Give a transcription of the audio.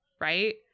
right